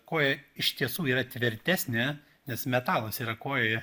koja iš tiesų yra tvirtesnė nes metalas yra kojoje